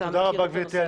תודה רבה גברתי.